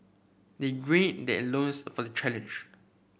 they gird their loins for challenge